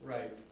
Right